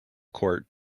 court